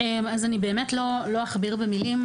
אז אני באמת לא אכביר במילים,